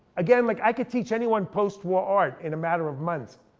again, like i could teach anyone post war art in a matter of months.